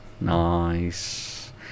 Nice